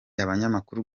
abanyamakuru